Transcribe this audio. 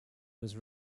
was